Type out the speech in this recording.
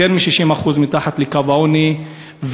יותר מ-60% מתחת לקו העוני.